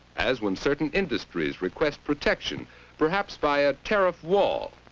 as one certain industry request protection perhaps, by a terror of war.